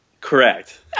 Correct